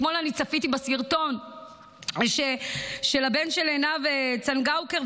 אתמול צפיתי בסרטון של הבן של עינב צנגאוקר,